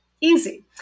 Easy